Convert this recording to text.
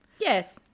yes